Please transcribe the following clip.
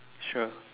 sure